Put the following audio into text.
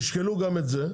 תשקלו גם את זה.